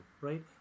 right